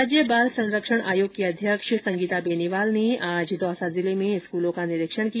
राज्य बाल संरक्षण आयोग की अध्यक्ष संगीता बेनीवाल ने आज दौसा जिले में स्कूलों का निरीक्षण किया